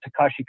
Takashi